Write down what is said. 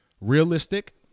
realistic